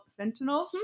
Fentanyl